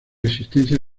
existencia